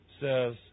says